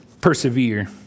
persevere